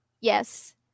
yes